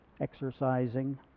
exercising